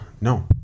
No